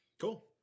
Cool